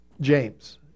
James